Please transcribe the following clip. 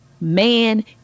man